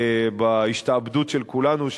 בהשתעבדות של כולנו,